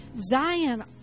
Zion